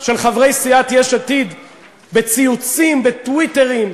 של חברי סיעתך יש עתיד בציוצים, בטוויטרים,